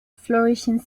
flourishing